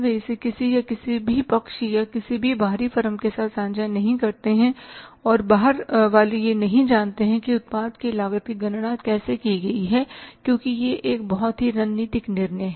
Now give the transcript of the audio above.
वे इसे किसी या किसी भी पक्ष या किसी भी बाहरी फर्म के साथ साझा नहीं करते हैं और बाहर वाले यह नहीं जानते हैं कि उत्पाद की लागत की गणना कैसे की गई है क्योंकि यह एक बहुत ही रणनीतिक निर्णय है